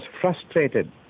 frustrated